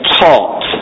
taught